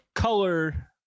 color